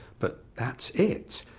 but that's it.